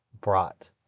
brought